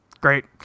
Great